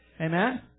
Amen